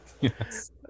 Yes